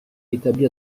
établir